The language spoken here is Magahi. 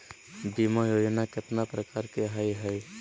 बीमा योजना केतना प्रकार के हई हई?